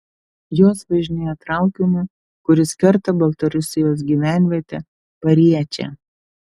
jos važinėja traukiniu kuris kerta baltarusijos gyvenvietę pariečę